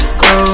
go